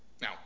Now